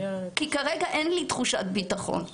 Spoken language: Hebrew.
כי כרגע אין לי תחושת ביטחון.